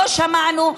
לא שמענו,